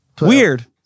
weird